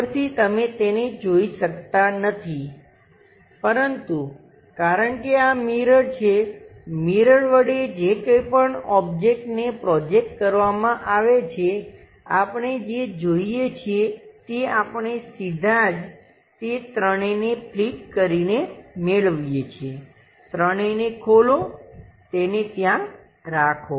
ઉપરથી તમે તેને જોઈ શકતા નથી પરંતુ કારણ કે આ મિરર છે મિરર વડે જે કંઈપણ આબ્જેક્ટને પ્રોજેકટ કરવામાં આવે છે આપણે જે જોઈએ છીએ તે આપણે સીધા જ તે ત્રણેયને ફ્લિપ કરીને મેળવીએ છીએ ત્રણેયને ખોલો તેને ત્યાં રાખો